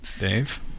Dave